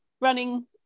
running